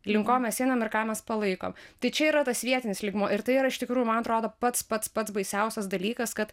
link ko mes einam ir ką mes palaikom tai čia yra tas vietinis lygmuo ir tai yra iš tikrųjų man atrodo pats pats pats baisiausias dalykas kad